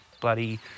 bloody